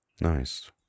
Nice